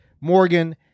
Morgan